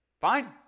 Fine